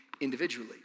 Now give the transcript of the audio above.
individually